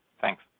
Thanks